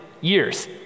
years